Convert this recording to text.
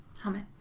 Helmet